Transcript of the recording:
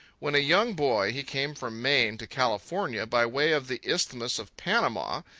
when a young boy he came from maine to california by way of the isthmus of panama,